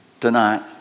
tonight